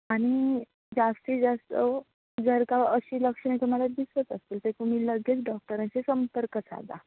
आणि जास्तीत जास्त जर का अशी लक्षणे तुम्हाला दिसत असतील तर तुम्ही लगेच डॉक्टरांशी संपर्क साधा